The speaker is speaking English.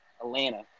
Atlanta